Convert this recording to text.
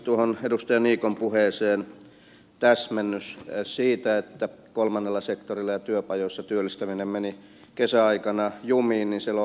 tuohon edustaja niikon puheeseen täsmennys siitä että kolmannella sektorilla ja työpajoissa työllistäminen meni kesän aikana jumiin